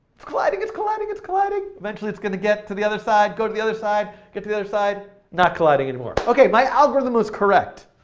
it's colliding, it's colliding it's colliding! eventually, it's going to get to the other side, go to the other side, get to the other side, not colliding anymore. okay, my algorithm was correct.